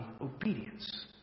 obedience